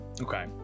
Okay